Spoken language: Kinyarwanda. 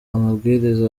amabwiriza